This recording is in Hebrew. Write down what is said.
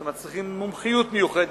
שמצריכים מומחיות מיוחדת,